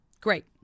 Great